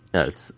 Yes